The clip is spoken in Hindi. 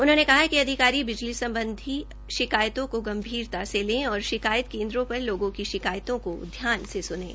उन्होंने कहा कि अधिकारी बिजली संबंधी शिकायतों को गंभीरता से लें और शिकायत केन्द्रों पर लोगों की शिकायतों को ध्यान से सुनें